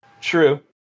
True